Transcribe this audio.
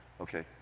okay